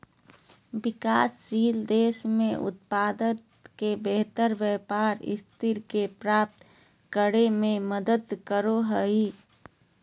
विकासशील देश में उत्पाद के बेहतर व्यापार स्थिति के प्राप्त करो में मदद करो हइ